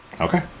Okay